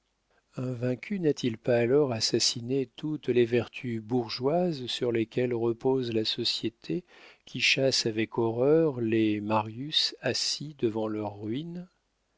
un vaincu n'a-t-il pas alors assassiné toutes les vertus bourgeoises sur lesquelles repose la société qui chasse avec horreur les marius assis devant leurs ruines